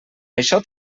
això